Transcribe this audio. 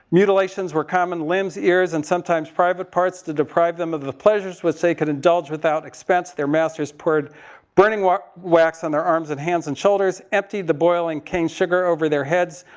mutilations were common. limbs, ears, and sometimes private parts, to deprive them of the pleasures which they could indulge without expense. their masters poured burning wa, wax on their arms and hands and shoulders. emptied the boiling cane sugar over their heads,